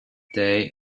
day